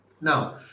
Now